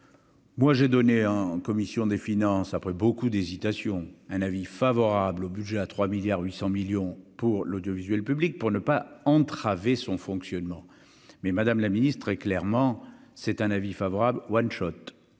Moi, j'ai donné en commission des finances, après beaucoup d'hésitations, un avis favorable au budget à 3 milliards 800 millions pour l'audiovisuel public pour ne pas entraver son fonctionnement mais madame la ministre est clairement c'est un avis favorable One shot,